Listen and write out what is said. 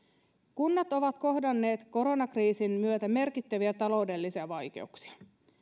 kunnat ovat kohdanneet koronakriisin myötä merkittäviä taloudellisia vaikeuksia